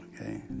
okay